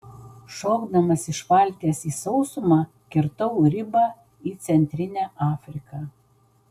šokdamas iš valties į sausumą kirtau ribą į centrinę afriką